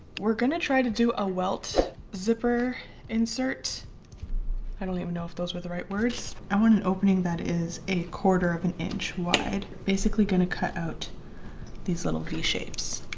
we're gonna try to do a welt zipper insert i don't even know if those were the right words. i want an opening that is a quarter of an inch wide. basically gonna cut out these little v shapes.